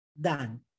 done